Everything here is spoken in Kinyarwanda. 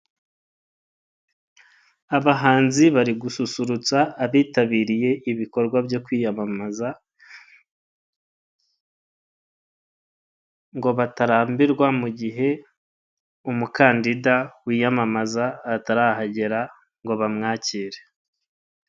Abahanzi bari gususurutsa abitabiriye ibikorwa byo kwiyamamaza, ngo batarambirwa mu gihe umukandida wiyamamaza atarahagera ngo bamwakire.